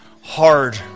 hard